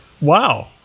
Wow